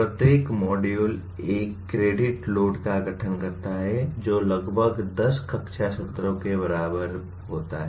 प्रत्येक मॉड्यूल एक credit load का गठन करता है जो लगभग 10 कक्षा सत्रों के बराबर होता है